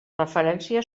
referència